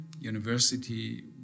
university